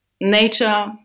nature